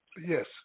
Yes